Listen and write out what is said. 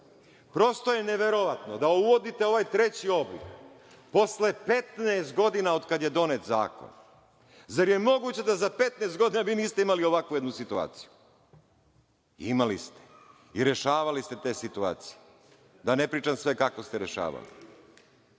akcizu. Prosto je neverovatno da uvodite ovaj treći oblik, posle 15 godina od kada je donet zakon. Zar je moguće da za 15 godina vi niste imali ovakvu situaciju? Imali ste i rešavali ste te situacije. Da ne pričam sve kako ste rešavali.